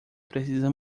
precisa